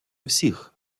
всіх